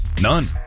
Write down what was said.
None